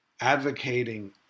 advocating